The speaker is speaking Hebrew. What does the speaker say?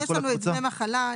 יש לנו דמי מחלה,